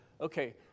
okay